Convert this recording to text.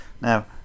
now